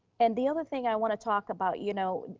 and the other thing i want to talk about, you know,